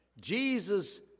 Jesus